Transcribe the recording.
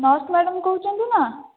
nurse madam କହୁଛନ୍ତି ନା